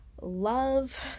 love